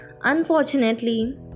unfortunately